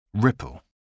Ripple